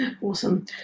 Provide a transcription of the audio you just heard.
awesome